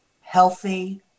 healthy